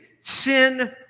Sin